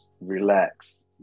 relax